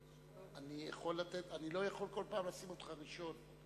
אני לא יכול כל פעם לשים אותך ראשון,